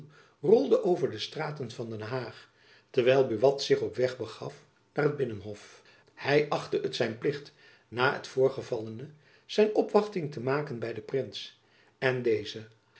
rolde over de straten van de haag terwijl buat zich op weg begaf naar het binnenhof hy achtte het zijn plicht na het voorgevallene zijn jacob van lennep elizabeth musch opwachting te maken by den prins en dezen